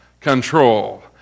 control